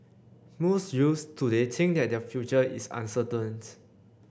most youths today think that their future is uncertain